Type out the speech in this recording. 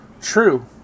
True